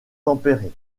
tempérées